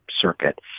circuit